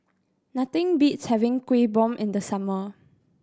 nothing beats having Kuih Bom in the summer